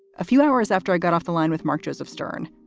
a few hours after i got off the line with mark joseph stern,